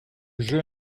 jeu